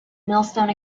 millstone